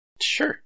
Sure